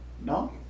No